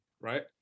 right